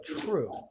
true